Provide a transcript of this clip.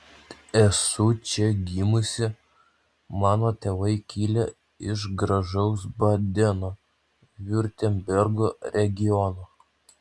esu čia gimusi mano tėvai kilę iš gražaus badeno viurtembergo regiono